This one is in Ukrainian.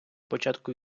початку